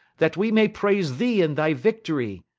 that we may praise thee in thy victory!